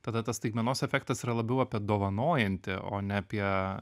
tada tas staigmenos efektas yra labiau apie dovanojantį o ne apie